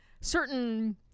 certain